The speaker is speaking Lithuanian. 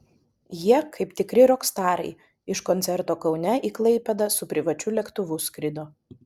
jie kaip tikri rokstarai iš koncerto kaune į klaipėdą su privačiu lėktuvu skrido